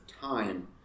time